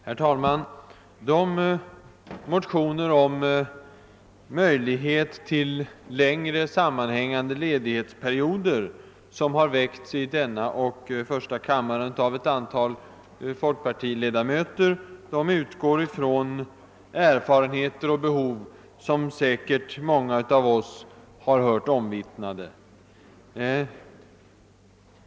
Herr talman! De motioner om möjlighet till längre sammanhängande ledighetsperioder, som har väckts i denna kammare och i första kammaren av ett antal folkpartiledamöter, utgår från erfarenheter och behov som säkert många av oss har hört omvittnade.